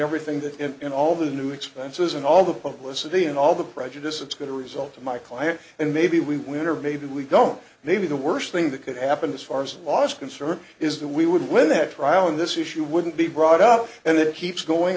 everything that and all the new expenses and all the publicity and all the prejudice it's going to result in my client and maybe we win or maybe we don't maybe the worst thing that could happen as far as a lot of concern is that we would win that trial in this issue wouldn't be brought up and it keeps going